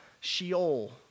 Sheol